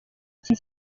iki